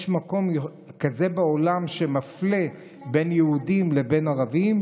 יש מקום כזה בעולם שמפלה בין יהודים לבין ערבים?